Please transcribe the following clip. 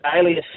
Alias